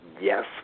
Yes